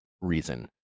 reason